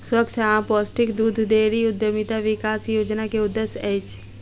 स्वच्छ आ पौष्टिक दूध डेयरी उद्यमिता विकास योजना के उद्देश्य अछि